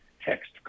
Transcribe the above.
text